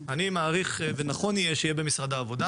אני מעריך יהיו במשרד העבודה.